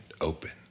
open